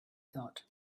thought